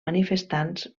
manifestants